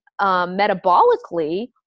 metabolically